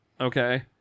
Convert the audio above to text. okay